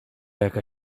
jaka